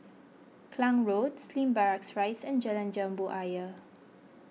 Klang Road Slim Barracks Rise and Jalan Jambu Ayer